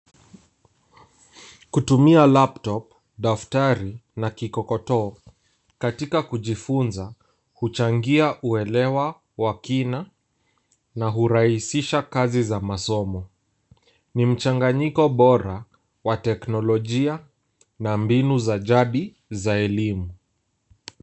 Kutumia laptop , daftari na kikokotoo katika kujifunza huchangia uelewa wa kina na huraisisha kazi za masomo. Ni mchanganyiko bora wa teknolojia na mbinu za jadi za elimu.